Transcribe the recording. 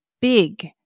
big